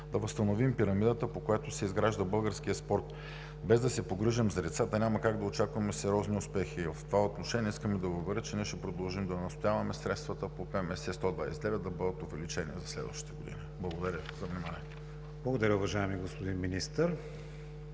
да възстановим пирамидата, по която се изгражда българският спорт. Без да се погрижим за децата, няма как да очакваме сериозни успехи. В това отношение искам да Ви уверя, че ние ще продължим да настояваме средствата по ПМС № 129 да бъдат увеличени за следващата година. Благодаря за вниманието. ПРЕДСЕДАТЕЛ КРИСТИАН ВИГЕНИН: Благодаря, уважаеми господин Министър.